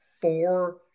four